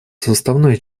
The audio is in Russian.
составной